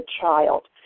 child